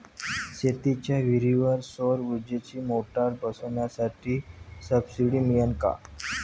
शेतीच्या विहीरीवर सौर ऊर्जेची मोटार बसवासाठी सबसीडी मिळन का?